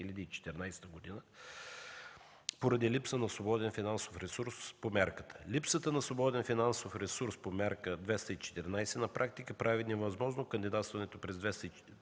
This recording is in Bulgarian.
през 2014 г. поради липса на свободен финансов ресурс по мярката. Липсата на свободен финансов ресурс по Мярка 214 на практика прави невъзможно кандидатстването през 2014